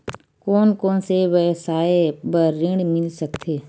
कोन कोन से व्यवसाय बर ऋण मिल सकथे?